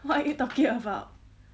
what are you talking about